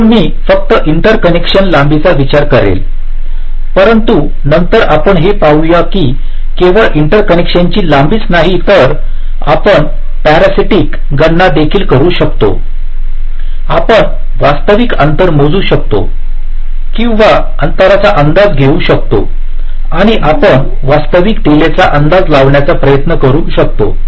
प्रथम मी फक्त इंटर कनेक्शनन लांबीचा विचार करेल परंतु नंतर आपण हे पाहू की केवळ इंटर कनेक्शनची लांबीच नाही तर आपण पॅरासिटिकस गणना देखील करू शकतो आपण वास्तविक अंतर मोजू शकतो किंवा अंतराचा अंदाज घेऊ शकतो आणि आपण वास्तविक डिले चा अंदाज लावण्याचा प्रयत्न करू शकतो